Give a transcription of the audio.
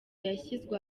yashyizwe